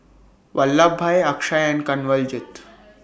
Vallabhbhai Akshay and Kanwaljit